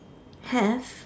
have